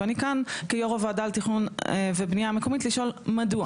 ואני כאן כיו"ר הוועדה לתכנון ובניה מקומית לשאול מדוע?